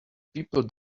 people